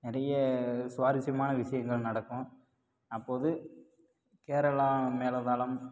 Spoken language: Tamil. நிறைய சுவாரஸ்யமான விஷயங்கள் நடக்கும் அப்போது கேரளா மேளதாளம்